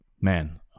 Man